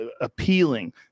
appealing